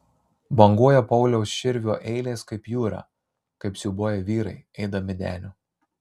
banguoja pauliaus širvio eilės kaip jūra kaip siūbuoja vyrai eidami deniu